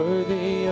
Worthy